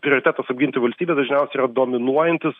prioritetas apginti valstybę dažniausiai yra dominuojantis